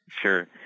Sure